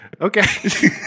Okay